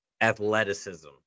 athleticism